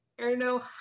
Erno